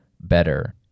better